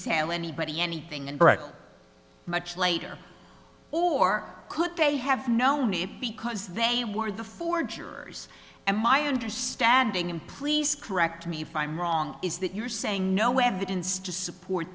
sal anybody anything and correct much later or could they have known it because they were the four jurors and my understanding and please correct me if i'm wrong is that you're saying no evidence to support